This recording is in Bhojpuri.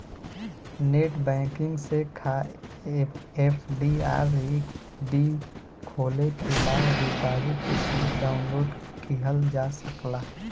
नेटबैंकिंग से एफ.डी.आर.डी खोले के बाद डिपाजिट स्लिप डाउनलोड किहल जा सकला